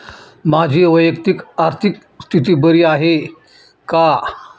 माझी वैयक्तिक आर्थिक स्थिती बरी आहे का?